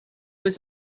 was